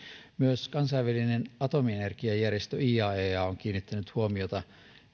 myös kansainvälinen atomienergiajärjestö iaea on kiinnittänyt huomiota